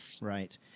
Right